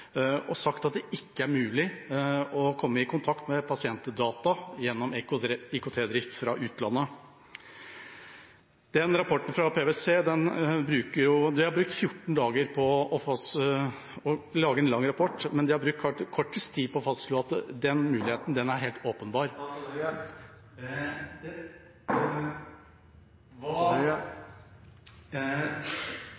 pasientdata gjennom IKT-drift fra utlandet. PwC har brukt 14 dager på å lage en lang rapport, men de har brukt kortest tid på å fastslå at den muligheten er helt åpenbar. Det er vanskelig å ha tillit til at det er kompetanse … Presidenten ber om at taletiden respekteres. Jeg